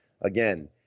again